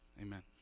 Amen